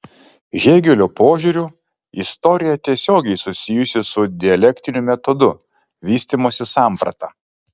hėgelio požiūriu istorija tiesiogiai susijusi su dialektiniu metodu vystymosi samprata